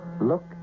Look